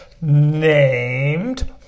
named